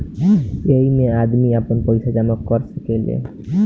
ऐइमे आदमी आपन पईसा जमा कर सकेले